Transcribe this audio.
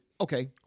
Okay